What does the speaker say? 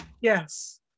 yes